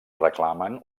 reclamen